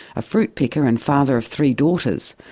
a fruit picker and father of three daughters,